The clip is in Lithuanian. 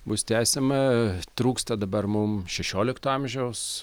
bus tęsiama trūksta dabar mum šešiolikto amžiaus